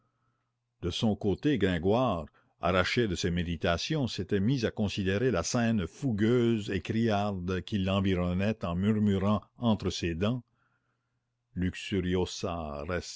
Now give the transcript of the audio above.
de son côté gringoire arraché de ses méditations s'était mis à considérer la scène fougueuse et criarde qui l'environnait en murmurant entre ses dents luxuriosa res